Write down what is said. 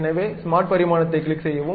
எனவே ஸ்மார்ட் பரிமாணத்தை கிளிக் செய்யவும்